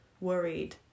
worried